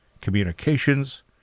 communications